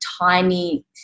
tiny